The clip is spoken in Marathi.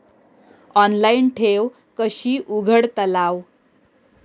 ऑनलाइन ठेव कशी उघडतलाव?